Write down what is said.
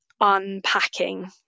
unpacking